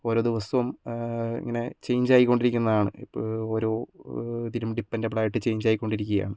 ഓരോ ദിവസവും ഇങ്ങനെ ചേഞ്ച് ആയികൊണ്ടിരിക്കുന്നതാണ് ഇപ്പോൾ ഓരോ ഇതിനും ഡിപ്പെന്റബിൾ ആയിട്ട് ചേഞ്ച് ആയിക്കൊണ്ടിരിക്കുകയാണ്